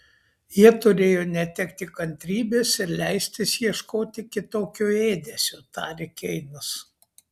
jie turėjo netekti kantrybės ir leistis ieškoti kitokio ėdesio tarė keinas